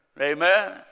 Amen